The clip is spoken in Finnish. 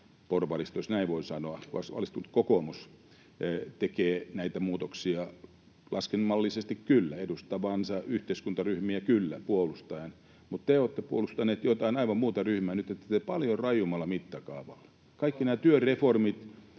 porvaristo, jos näin voi sanoa, valistunut kokoomus tekee näitä muutoksia — laskennallisesti kyllä edustamiansa yhteiskuntaryhmiä puolustaen — mutta te olette puolustaneet jotain aivan muuta ryhmää, ja nyt te teette paljon rajummalla mittakaavalla. [Vilhelm Junnilan